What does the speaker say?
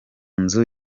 nzu